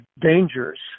dangers